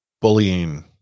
bullying